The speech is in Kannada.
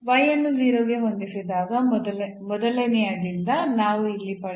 y ಅನ್ನು 0 ಗೆ ಹೊಂದಿಸಿದಾಗ ಮೊದಲನೆಯದಿಂದ ನಾವು ಇಲ್ಲಿ ಪಡೆಯಬಹುದು